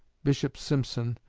bishop simpson,